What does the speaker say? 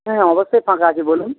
হ্যাঁ অবশ্যই ফাঁকা আছি বলুন